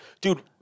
Dude